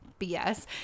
BS